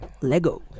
Lego